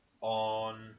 on